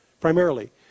primarily